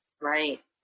Right